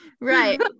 Right